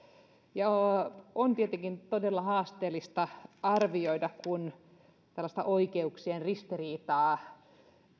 on tietenkin todella haasteellista arvioida tällaista oikeuksien ristiriitaa